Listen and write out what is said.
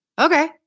Okay